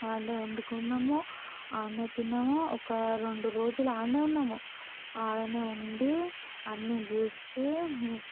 అక్కడనే వండుకున్నాము ఆడానే తిన్నాము ఒక రెండు రోజులు అక్కడే ఉన్నాము అక్కడనే ఉండి అన్ని చూసి